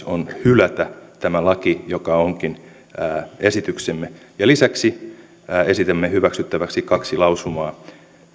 on hylätä tämä laki mikä onkin esityksemme lisäksi esitämme hyväksyttäväksi kaksi lausumaa